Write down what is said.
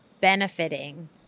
benefiting